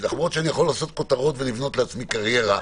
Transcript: למרות שאני יכול לעשות כותרות ולבנות לעצמי קריירה --- לא,